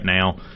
now